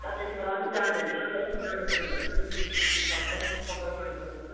तर त्यतिबेला अलिक जाडो हुन्छ हो जाडोको लुगाहरू चाहिँ अलिकति हिसाबमै बोकेर लानुपर्छ